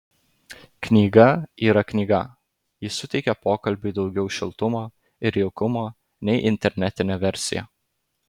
knyga yra knyga ji suteikia pokalbiui daugiau šiltumo ir jaukumo nei internetinė versija